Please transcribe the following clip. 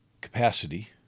capacity